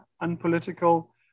unpolitical